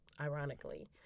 ironically